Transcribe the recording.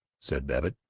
said babbitt.